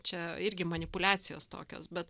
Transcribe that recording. čia irgi manipuliacijos tokios bet